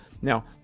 Now